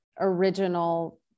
original